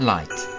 Light